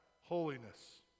holiness